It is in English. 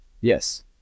Yes